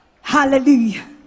hallelujah